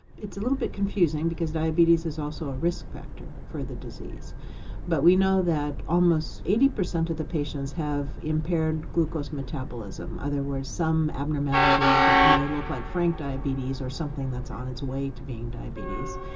it's a little bit confusing because diabetes is also a risk factor for the disease but we know that almost eighty percent of the patients have impaired glucose metabolism, in other words, some abnormality that may look like frank diabetes or something that's on its way to being diabetes.